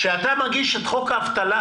כשאתה מגיש את חוק האבטלה,